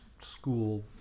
school